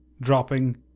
dropping